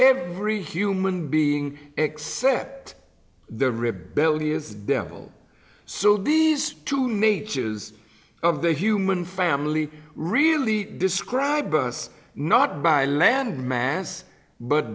every human being except the rebellious devil so these two mages of the human family really describe us not by land mass but